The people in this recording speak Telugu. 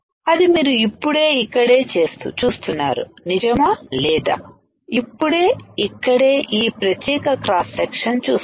అది మీరు ఇప్పుడే ఇక్కడే చూస్తున్నారు నిజమా లేదా ఇప్పుడే ఇక్కడే ఈ ప్రత్యేక క్రాస్ సెక్షన్ చూస్తున్నారు